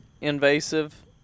invasive